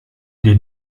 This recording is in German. der